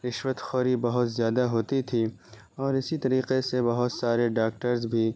رشوت خوری بہت زیادہ ہوتی تھی اور اسی طریقے سے بہت سارے ڈاکٹرز بھی